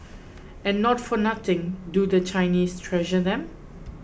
and not for nothing do the Chinese treasure them